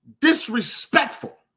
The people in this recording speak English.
disrespectful